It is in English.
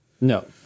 No